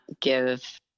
give